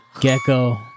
Gecko